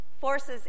forces